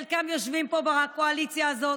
חלקם יושבים פה בקואליציה הזאת,